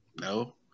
No